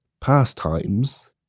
pastimes